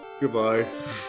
Goodbye